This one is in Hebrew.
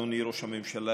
אדוני ראש הממשלה,